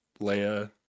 Leia